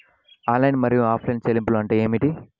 Online మరియు offline చెల్లింపులు అంటే ఏమిటి?